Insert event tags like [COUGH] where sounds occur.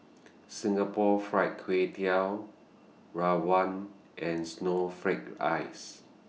[NOISE] Singapore Fried Kway Tiao Rawon and Snowflake Ice